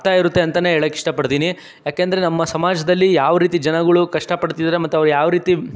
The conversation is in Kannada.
ಅರ್ಥ ಇರುತ್ತೆ ಅಂತನೆ ಹೇಳಕ್ಕೆ ಇಷ್ಟಪಡ್ತೀನಿ ಯಾಕೆಂದರೆ ನಮ್ಮ ಸಮಾಜದಲ್ಲಿ ಯಾವ ರೀತಿ ಜನಗಳು ಕಷ್ಟ ಪಡ್ತಿದಾರೆ ಮತ್ತು ಅವ್ರು ಯಾವ ರೀತಿ